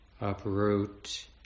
uproot